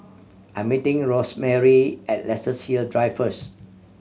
I'm meeting Rosemarie at Luxus Hill Drive first